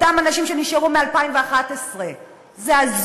מה?